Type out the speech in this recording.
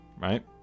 right